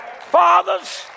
Fathers